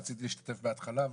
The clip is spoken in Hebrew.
רציתי להשתתף בהתחלה,